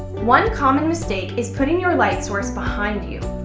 one common mistake is putting your light source behind you.